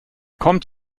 kommt